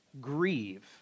grieve